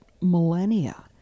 millennia